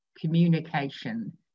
communication